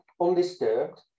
undisturbed